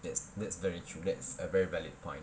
that's that's very true that's a very valid point